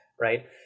Right